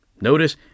Notice